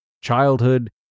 childhood